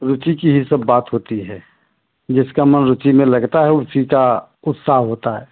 रुचि की ही सब बात होती है जिसका मन रुचि में लगता है उसी का उत्साह होता है